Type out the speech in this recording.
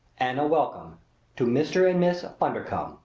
and a welcome to mr. and miss bundercombe,